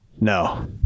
No